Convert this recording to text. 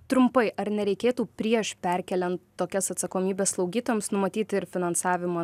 trumpai ar nereikėtų prieš perkeliant tokias atsakomybes slaugytojams numatyti ir finansavimą